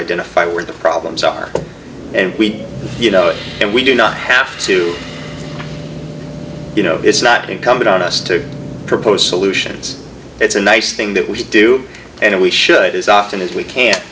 identify where the problems are and we you know and we do not have to you know it's not incumbent on us to propose solutions it's a nice thing that we should do and we should as often as we can